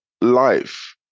life